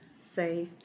say